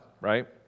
right